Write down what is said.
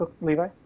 Levi